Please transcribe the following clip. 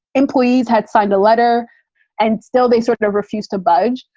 employees had signed a letter and still they sort of refused to budge.